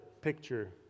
picture